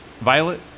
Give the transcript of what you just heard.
Violet